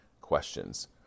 questions